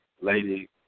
lady